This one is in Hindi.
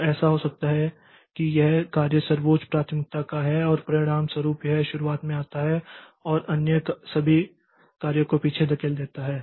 तो ऐसा हो सकता है कि यह कार्य सर्वोच्च प्राथमिकता की है और परिणामस्वरूप यह शुरुआत में आता है और अन्य सभी कार्य को पीछे धकेल देता है